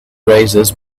razors